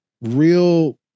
real